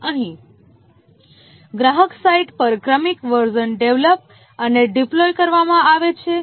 અહીં ગ્રાહક સાઇટ પર ક્રમિક વર્ઝન ડેવલપ અને ડિપ્લોય કરવામાં આવે છે